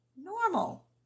normal